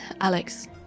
Alex